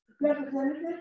representative